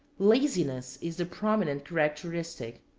laziness is the prominent characteristic.